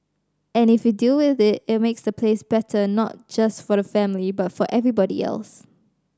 and if you deal with it it makes the place better not just for the family but for everybody else